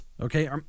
Okay